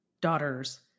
daughter's